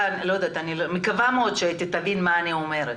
אני מקווה מאוד שאתי תבין את מה שאני אומרת.